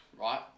right